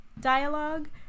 dialogue